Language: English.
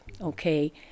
okay